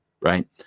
right